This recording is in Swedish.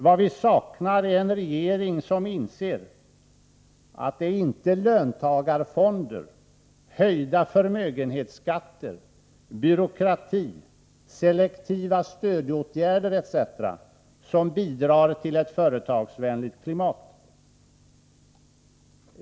Vad vi saknar är en regering som inser att det inte är löntagarfonder, höjda förmögenhetsskatter, byråkrati, selektiva stödåtgärder etc. som bidrar till ett företagsvänligt klimat.